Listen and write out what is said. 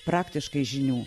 praktiškai žinių